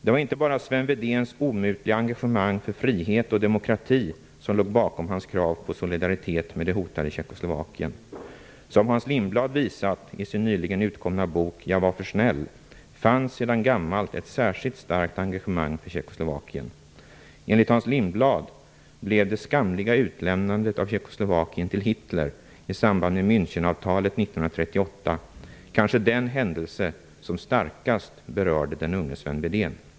Det var inte bara Sven Wedéns omutliga engagemang för frihet och demokrati som låg bakom hans krav på solidaritet med det hotade Tjeckoslovakien. Som Hans Lindblad visat i sin nyligen utkomna bok ''Jag var för snäll'', fanns sedan gammalt ett särskilt starkt engagemang för Enligt Hans Lindblad blev det skamliga utlämnandet av Tjeckoslovakien till Hitler i samband med Münchenavtalet 1938 kanske den händelse som starkast berörde den unge Sven Wedén.